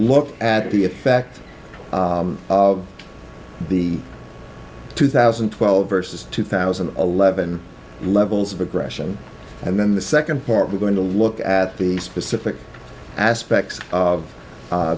look at the effect of the two thousand and twelve versus two thousand and eleven levels of aggression and then the second part we're going to look at the specific aspects